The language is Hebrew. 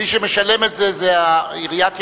מי שמשלם את זה זה עיריית ירושלים.